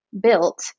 built